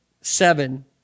seven